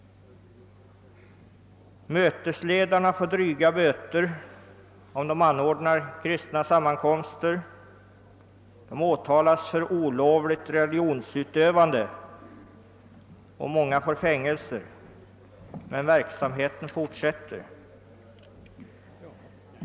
Mötesledarna får dryga böter om de anordnar kristna sammankomster. De åtalas för olovligt religionsutövande. Många får fängelse, men verksamheten fortsätter.